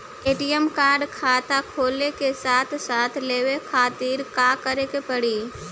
ATM card खाता खुले के साथे साथ लेवे खातिर का करे के पड़ी?